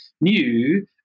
new –